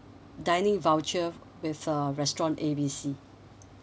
dining voucher with uh restaurant A B C